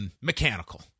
mechanical